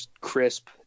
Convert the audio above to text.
crisp